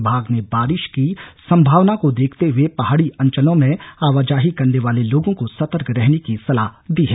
विभाग ने बारिश की संभावना को देखते हुए पहाड़ी अंचलों में आवाजाही करने वाले लोगों को सतर्क रहने की सलाह दी है